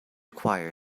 choir